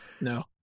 No